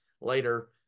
later